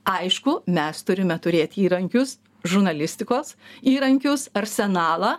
aišku mes turime turėt įrankius žurnalistikos įrankius arsenalą